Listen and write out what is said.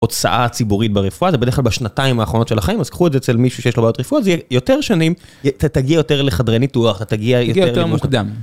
הוצאה הציבורית ברפואה זה בדרך כלל בשנתיים האחרונות של החיים אז קחו את זה אצל מישהו שיש לו בעיות רפואה זה יהיה יותר שנים תגיע יותר לחדרי ניתוח תגיע יותר מוקדם.